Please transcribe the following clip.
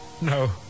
No